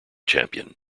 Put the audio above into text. champion